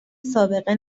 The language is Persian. سابقه